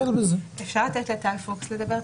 אפשר לתת לטל פוקס לדבר?